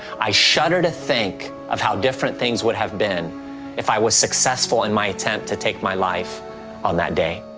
i shudder to think of how different things would have been if i was successful in my attempt to take my life on that day.